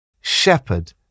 Shepherd